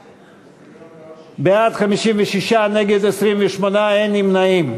בעד, 56, נגד, 28, אין נמנעים.